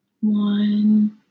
one